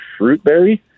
Fruitberry